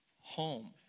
home